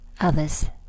others